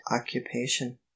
occupation